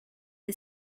the